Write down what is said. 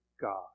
God